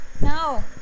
No